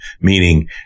meaning